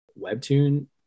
Webtoon